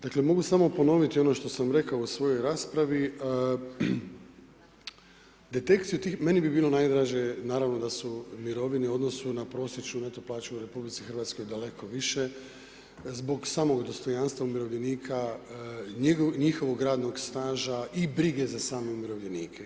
Dakle mogu samo ponoviti ono što sam rekao u svojoj raspravi, detekciju tih, meni bi bilo najdraže naravno da su mirovine u odnosu na prosječnu neto plaću u RH daleko više zbog samog dostojanstva umirovljenika i njihovog radno staža i brige za same umirovljenike.